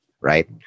right